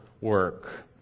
work